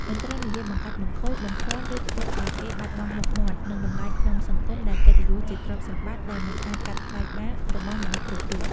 មិនត្រូវនិយាយបង្កាច់បង្ខូច បំភ័ន្ត ឬធ្វើឲ្យគេបាត់បង់មុខមាត់ និងតម្លៃក្នុងសង្គមដែលកិត្តិយសជាទ្រព្យសម្បត្តិដែលមិនអាចកាត់ថ្លៃបានរបស់មនុស្សគ្រប់រូប។។